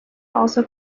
also